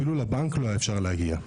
אפילו לבנק אי אפשר היה להגיע.